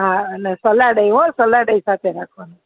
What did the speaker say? હા અને સલાડે હો સલાડ એ સાથે રાખવાનું